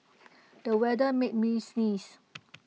the weather made me sneeze